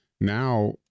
now